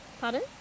Pardon